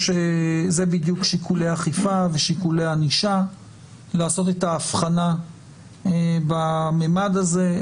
זה בדיוק שיקולי אכיפה ושיקולי ענישה לעשות את האבחנה בממד הזה.